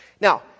Now